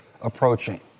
approaching